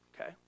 okay